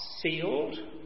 sealed